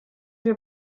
wir